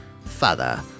Father